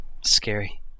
scary